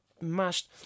mashed